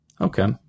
Okay